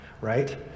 right